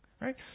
right